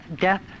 death